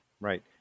right